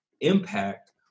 impact